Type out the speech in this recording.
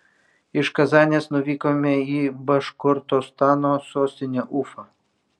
iš kazanės nuvykome į baškortostano sostinę ufą